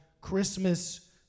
Christmas